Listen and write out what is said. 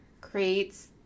creates